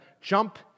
jump